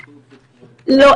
לא,